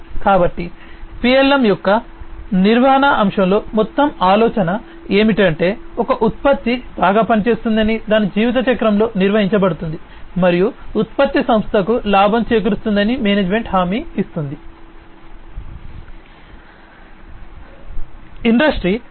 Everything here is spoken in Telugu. కాబట్టి పిఎల్ఎమ్ యొక్క నిర్వహణ అంశంలో మొత్తం ఆలోచన ఏమిటంటే ఒక ఉత్పత్తి బాగా పనిచేస్తుందని దాని జీవితచక్రంలో నిర్వహించబడుతుంది మరియు ఉత్పత్తి సంస్థకు లాభం చేకూరుస్తుందని మేనేజ్మెంట్ హామీ ఇస్తుంది ఇండస్ట్రీ 4